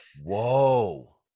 whoa